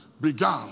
began